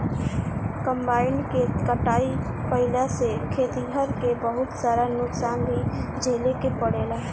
combine से कटाई कईला से खेतिहर के बहुत सारा नुकसान भी झेले के पड़ेला